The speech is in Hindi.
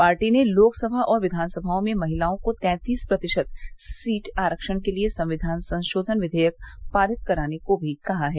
पार्टी ने लोकसभा और विधानसभाओं में महिलाओं को तैंतीस प्रतिशत सीट आरक्षण के लिए संविधान संशोधन विधेयक पारित कराने को भी कहा है